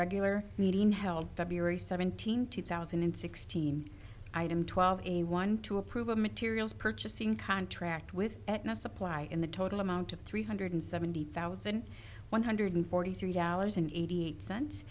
regular meeting held feb seventeenth two thousand and sixteen item twelve a one to approve a materials purchasing contract with supply in the total amount of three hundred seventy thousand one hundred forty three dollars and eighty eight cents